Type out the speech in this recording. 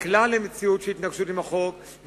נקלע למציאות של התנגשות עם החוק,